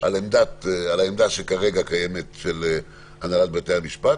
על העמדה של הנהלת בתי המשפט שכרגע קיימת,